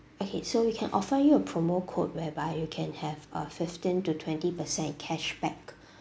okay so you can offer you a promo code whereby you can have uh fifteen to twenty percent cashback